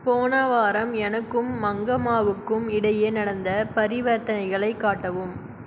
போன வாரம் எனக்கும் மங்கம்மாவுக்கும் இடையே நடந்த பரிவர்த்தனைகளை காட்டவும்